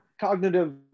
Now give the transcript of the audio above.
cognitive